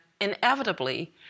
inevitably